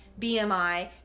BMI